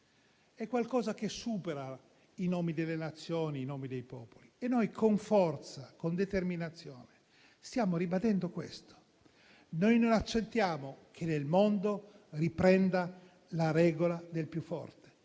È qualcosa che supera i nomi delle Nazioni e dei popoli e noi con forza e determinazione stiamo ribadendo questo. Noi non accettiamo che nel mondo riprenda la regola del più forte